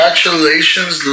Congratulations